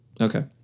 Okay